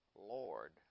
Lord